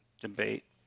debate